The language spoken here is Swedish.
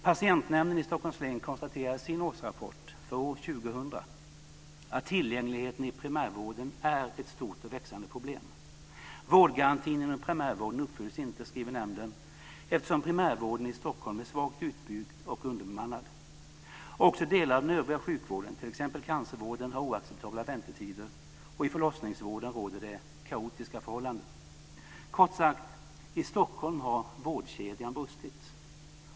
Patientnämnden i Stockholms län konstaterade i sin årsrapport för år 2000 att tillgängligheten i primärvården är ett stort och växande problem. Vårdgarantin inom primärvården uppfylls inte, skriver nämnden, eftersom primärvården i Stockholm är svagt utbyggd och underbemannad. Också delar av den övriga sjukvården, t.ex. cancervården, har oacceptabla väntetider. Och i förlossningsvården råder det kaotiska förhållanden. Kort sagt: I Stockholm har vårdkedjan brustit.